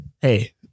hey